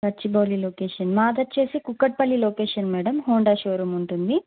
Gachibowli location మాకచ్చేసి Kukatpally location madam Honda showroom ఉంటుంది